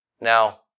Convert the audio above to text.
Now